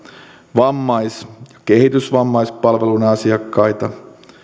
vammais ja kehitysvammaispalvelujen asiakkaita